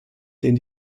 den